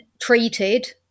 treated